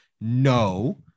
No